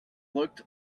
looked